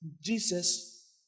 Jesus